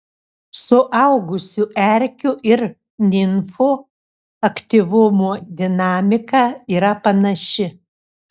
suaugusių erkių ir nimfų aktyvumo dinamika yra panaši